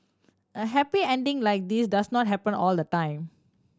a happy ending like this does not happen all the time